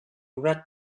read